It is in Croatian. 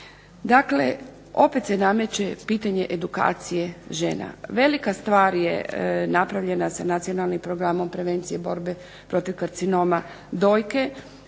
Dakle, opet se nameće pitanje edukacije žena. Velika stvar je napravljena sa Nacionalnim programom prevencije borbe protiv karcinoma dojke